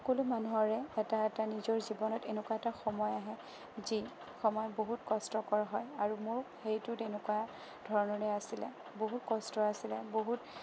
সকলো মানুহৰে এটা এটা নিজৰ জীৱনত এনেকুৱা এটা সময় আহে যি সময় বহুত কষ্টকৰ হয় আৰু মোৰ সেইটো তেনেকুৱা ধৰণৰে আছিলে বহুত কষ্টৰ আছিলে বহুত